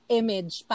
image